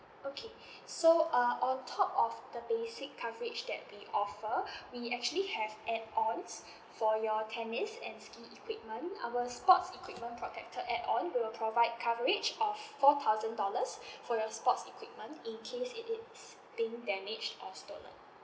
okay so uh on top of the basic coverage that we offer we actually have add ons for your tennis and ski equipment our sports equipment protector add on will provide coverage of four thousand dollars for your sports equipment in case it is being damaged or stolen